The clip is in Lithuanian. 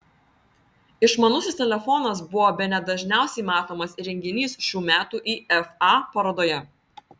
išmanusis telefonas buvo bene dažniausiai matomas įrenginys šių metų ifa parodoje